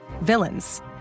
villains